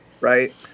Right